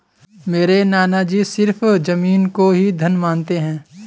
मेरे नाना जी सिर्फ जमीन को ही धन मानते हैं